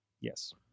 Yes